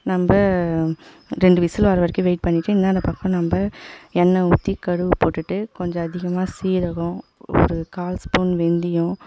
நம்ம ரெண்டு விசில் வர வரைக்கும் வெயிட் பண்ணிவிட்டு இந்தாண்ட பக்கம் நம்ம எண்ணெய் ஊற்றி கடுகு போட்டுவிட்டு கொஞ்சம் அதிகமாக சீரகம் ஒரு கால் ஸ்பூன் வெந்தயம்